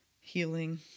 healing